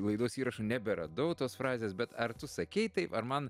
laidos įrašą neberadau tos frazės bet ar tu sakei taip ar man